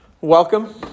Welcome